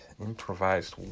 Improvised